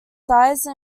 size